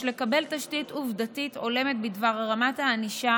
יש לקבל תשתית עובדתית הולמת בדבר רמת הענישה